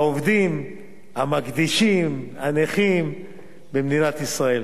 העובדים, המקדישים, הנכים במדינת ישראל.